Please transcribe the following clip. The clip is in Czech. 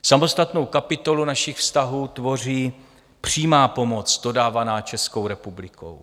Samostatnou kapitolu našich vztahů tvoří přímá pomoc dodávaná Českou republikou.